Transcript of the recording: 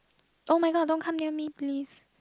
oh-my-god don't come near me please